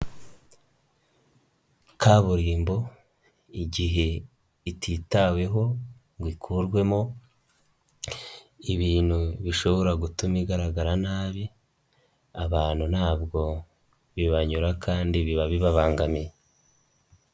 Kaburimbo igihe ititaweho ngo ikurwemo ibintu bishobora gutuma igaragara nabi, abantu ntabwo bibanyura kandi biba bibabangamiye.